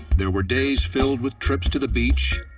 there were days filled with trips to the beach,